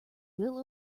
will